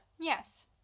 Yes